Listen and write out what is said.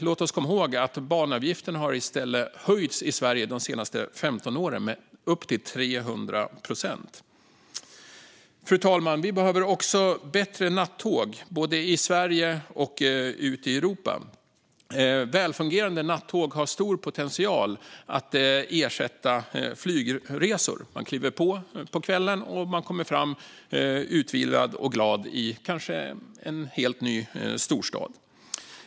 Låt oss komma ihåg att banavgifterna i Sverige under de senaste 15 åren har höjts med upp till 300 procent. Fru talman! Vi behöver också bättre nattåg, både i Sverige och ut i Europa. Välfungerande nattåg har stor potential att ersätta flygresor - man kliver på tåget på kvällen och kommer fram, utvilad och glad, kanske i en helt ny storstad.